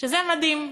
שזה מדהים.